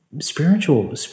spiritual